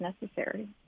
necessary